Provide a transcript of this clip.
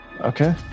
okay